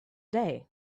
day